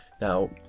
now